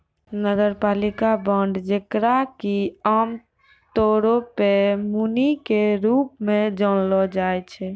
नगरपालिका बांड जेकरा कि आमतौरो पे मुनि के रूप मे जानलो जाय छै